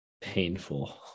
painful